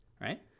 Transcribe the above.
Right